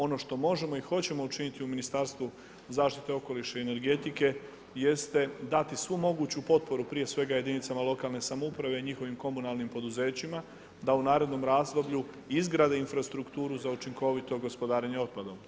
Ono što možemo i hoćemo učiniti u Ministarstvu zaštite okoliša i energetike jeste dati svu moguću potporu prije svega jedinicama lokalne samouprave i njihovim komunalnim poduzećima da u narednom razdoblju izgrade infrastrukturu za učinkovito gospodarenje otpadom.